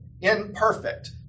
imperfect